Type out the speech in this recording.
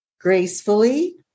gracefully